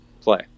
play